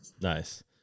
Nice